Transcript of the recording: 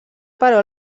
però